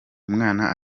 umwana